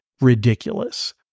ridiculous